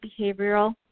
Behavioral